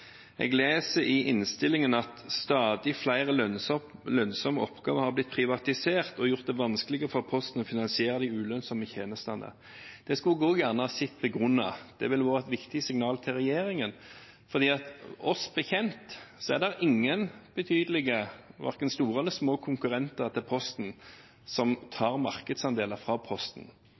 Jeg leser i innstillingen at stadig flere lønnsomme oppgaver har blitt privatisert, og at det har gjort det vanskeligere for Posten å finansiere de ulønnsomme tjenestene. Det skulle jeg også gjerne sett begrunnet. Det ville vært et viktig signal til regjeringen, for oss bekjent er det ingen betydelige, verken store eller små, konkurrenter til Posten som tar markedsandeler fra Posten